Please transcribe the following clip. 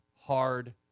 hard